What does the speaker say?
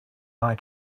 eye